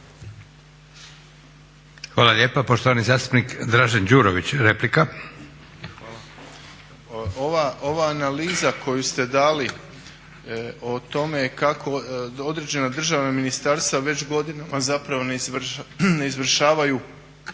Hvala lijepa. Poštovani zastupnik Dražen Đurović, replika. **Đurović, Dražen (HDSSB)** Hvala. Ova analiza koju ste dali o tome kako određena državna ministarstva već godinama zapravo ne izvršavaju